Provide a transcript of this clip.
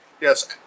Yes